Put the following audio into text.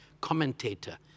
commentator